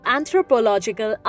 Anthropological